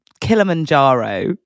kilimanjaro